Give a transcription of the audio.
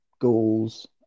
goals